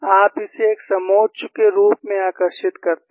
आप इसे एक समोच्च के रूप में आकर्षित करते हैं